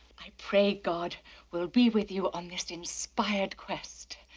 i pray god will be with you on this inspired quest.